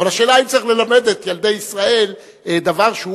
אבל השאלה היא אם צריך ללמד את ילדי ישראל דבר שהוא